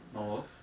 not worth